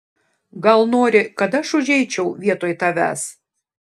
gal nori kad aš užeičiau vietoj tavęs